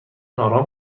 آرام